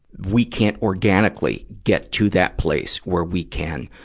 we can't organically get to that place where we can,